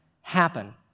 happen